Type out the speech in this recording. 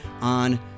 on